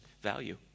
value